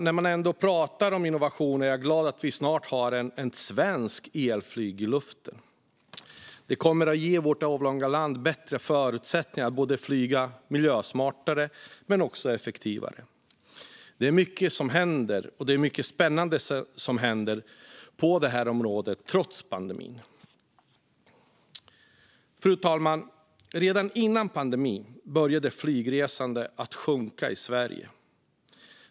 När vi ändå pratar om innovationer kan jag säga att jag är glad att vi snart har svenskt elflyg i luften. Detta kommer att ge vårt avlånga land bättre förutsättningar att flyga både miljösmartare och effektivare. Det är mycket - och mycket spännande - som händer på det här området, trots pandemin. Fru talman! Redan före pandemin började flygresandet att minska i Sverige.